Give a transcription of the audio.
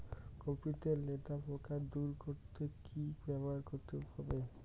Copy তে লেদা পোকা দূর করতে কি ব্যবহার করতে হবে?